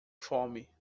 fome